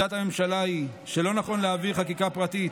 למה היא לא הובאה בפני ועדת השרים לענייני חקיקה?